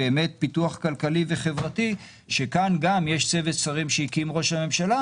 פיתוח כלכלי וחברתי שכאן גם יש צוות שרים שהקים ראש הממשלה,